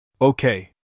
Okay